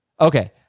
Okay